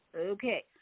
Okay